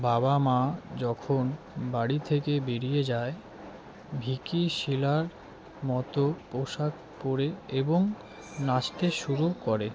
বাবা মা যখন বাড়ি থেকে বেরিয়ে যায় ভিকি শিলার মতো পোশাক পরতে এবং নাচতে শুরু করে